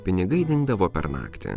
pinigai dingdavo per naktį